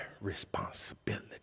responsibility